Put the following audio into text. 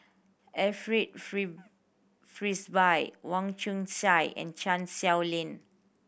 Alfred free Frisby Wong Chong Sai and Chan Sow Lin